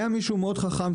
היה מישהו חכם מאוד,